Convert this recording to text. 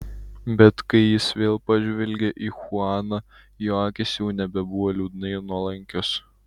bet kai jis vėl pažvelgė į chuaną jo akys jau nebebuvo liūdnai nuolankios